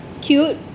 cute